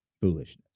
foolishness